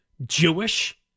Jewish